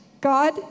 God